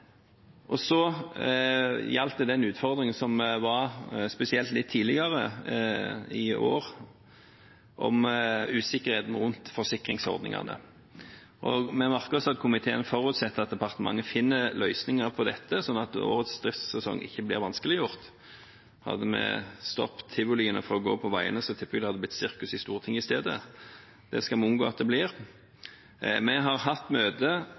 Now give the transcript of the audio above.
Så gjaldt det den utfordringen som var – spesielt litt tidligere i år – om usikkerheten rundt forsikringsordningene, og vi merker oss at komiteen forutsetter at departementet finner løsninger på dette, slik at årets driftssesong ikke blir vanskeliggjort. Hadde vi stoppet tivoliene fra å gå på veiene, tipper jeg det hadde blitt sirkus i Stortinget i stedet. Det skal vi unngå at det blir. Vi har hatt møte